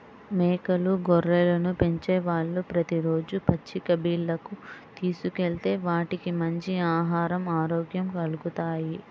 మేకలు, గొర్రెలను పెంచేవాళ్ళు ప్రతి రోజూ పచ్చిక బీల్లకు తీసుకెళ్తే వాటికి మంచి ఆహరం, ఆరోగ్యం కల్గుతాయి